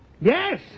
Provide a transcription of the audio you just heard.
Yes